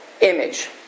image